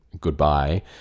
Goodbye